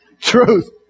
Truth